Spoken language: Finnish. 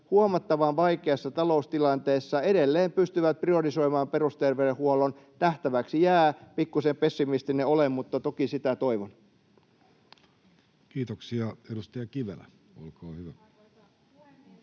huomattavan vaikeassa taloustilanteessa edelleen pystyvät priorisoimaan perusterveydenhuollon. Nähtäväksi jää. Pikkusen pessimistinen olen, mutta toki sitä toivon. [Speech 326] Speaker: